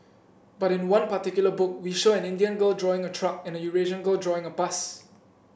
but in one particular book we show an Indian girl drawing a truck and a Eurasian girl drawing a bus